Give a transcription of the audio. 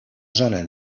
zona